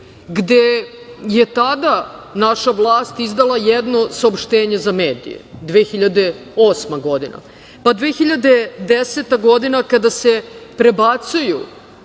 gde je tada naša vlast izdala jedno saopštenje za medije, 2008. godina. Pa, 2010. godina, kada se prebacuju